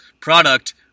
product